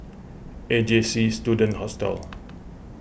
A J C Student Hostel